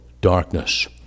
darkness